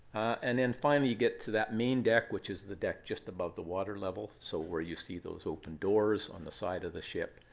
and then, finally, you get to that main deck, which is the deck just above the water level, so where you see those open doors on the side of the ship.